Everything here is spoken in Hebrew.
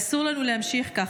אסור לנו להמשיך כך.